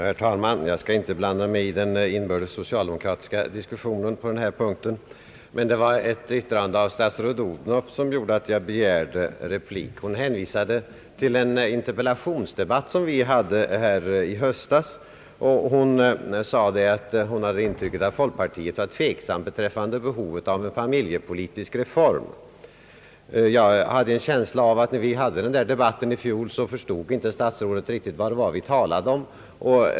Herr talman! Jag skall inte blanda mig i den inbördes socialdemokratiska diskussionen på denna punkt, men ett yttrande av statsrådet Odhnoff gjorde att jag begärde ordet för replik. Hon hänvisade till en interpellationsdebatt som vi hade här i höstas, och hon sade att hon hade intrycket att folkpartiet var tveksamt beträffande behovet av en familjepolitisk reform. Jag hade en känsla av att när vi hade den debatten i fjol så förstod inte statsrådet riktigt vad det var vi talade om.